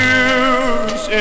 use